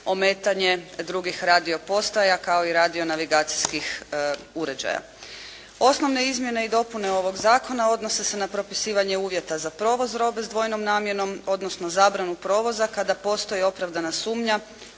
ometanje drugih radiopostaja kao i radio-navigacijskih uređaja. Osnovne izmjene i dopune ovog zakona odnose se na propisivanje uvjeta za provoz robe s dvojnom namjenom, odnosno zabranu provoza kada postoji opravdana sumnja